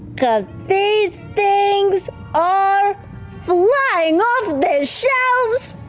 cause these things are flying off the shelves